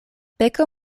peko